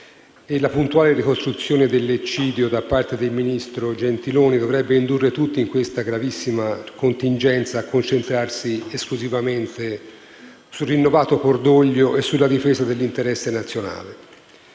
la puntuale ricostruzione dell'eccidio da parte del ministro Gentiloni Silveri dovrebbe indurre tutti, in questa gravissima contingenza, a concentrarci esclusivamente sul rinnovato cordoglio e sulla difesa dell'interesse nazionale,